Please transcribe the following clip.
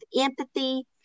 empathy